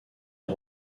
est